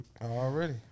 Already